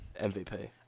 MVP